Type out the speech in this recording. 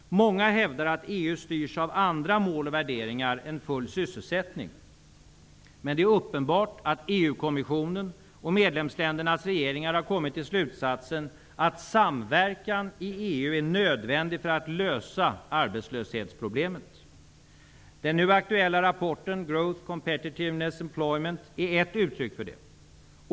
Många hävdar att EU styrs av andra mål och värderingar än full sysselsättning. Men det är uppenbart att EU-kommissionen och medlemsländernas regeringar har kommit till slutsatsen att samverkan i EU är nödvändig för att lösa arbetslöshetsproblemet. Den nu aktuella rapporten, Growth, Competitiveness, Employment, är ett uttryck för det.